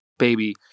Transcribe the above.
baby